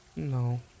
No